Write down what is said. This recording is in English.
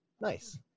Nice